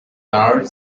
large